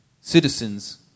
citizens